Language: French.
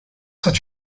soit